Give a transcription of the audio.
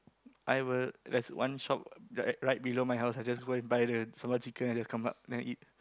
I have a there's one shop that right below my house I just go and buy the sambal chicken and just come up and then eat